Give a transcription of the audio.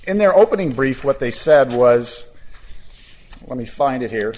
in their opening brief what they said was let me find it here